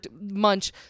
Munch